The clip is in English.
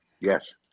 Yes